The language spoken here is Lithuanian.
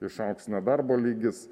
išaugs nedarbo lygis